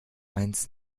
eins